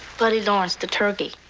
buddy lawrence the turkey.